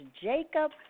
Jacob